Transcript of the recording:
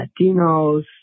Latinos